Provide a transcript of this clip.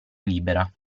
libera